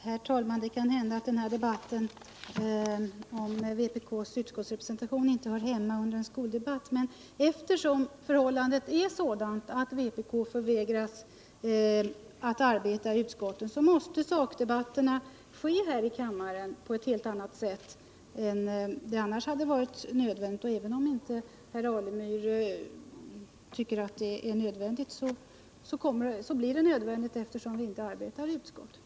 Herr talman! Det kan hända att frågan om vpk:s utskottsrepresentation inte hör hemma i en skoldebatt, men eftersom förhållandet är sådant att vpk förvägras att arbeta i utskotten måste sakdebatterna ske här i kammaren på ett helt annat sätt än som annars hade blivit nödvändigt. Även om inte herr Alemyr tycker att det är särskilt angeläget så blir det nödvändigt, när vi inte kan delta i utskottsarbetet.